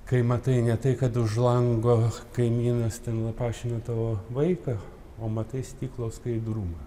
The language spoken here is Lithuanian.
kai matai ne tai kad už lango kaimynas ten lapašina tavo vaiką o matai stiklo skaidrumą